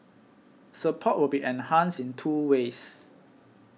support will be enhanced in two ways